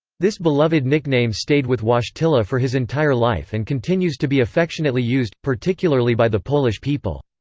this beloved nickname stayed with wojtyla for his entire life and continues to be affectionately used, particularly by the polish people.